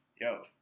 Yo